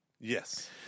Yes